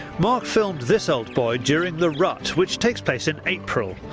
mark filmed this old boy during the rut, which takes place in april.